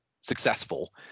successful